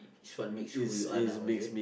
it's what makes who you are now is it